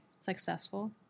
successful